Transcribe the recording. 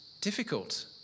difficult